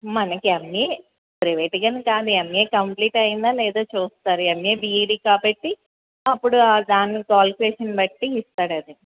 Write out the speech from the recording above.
మనకి ఎమ్ఏ ప్రైవేట్గా అని కాదు ఎమ్ఏ కంప్లీట్ అయిందా లేదా చూస్తారు ఎమ్ఏ బిఈడి కాబట్టి అప్పుడు దాని క్వాలిఫికేషన్ బట్టి ఇస్తారది